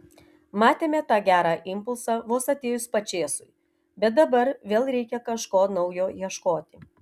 matėme tą gerą impulsą vos atėjus pačėsui bet dabar vėl reikia kažko naujo ieškoti